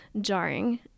jarring